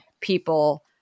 people